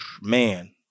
man